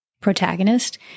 protagonist